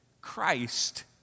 Christ